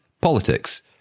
Politics